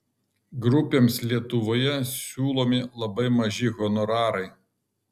grupėms lietuvoje siūlomi labai maži honorarai